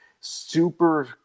super